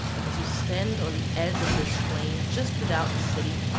as you stand on the edge of this plain just without the city,